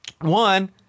one